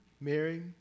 Mary